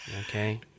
okay